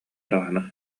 даҕаны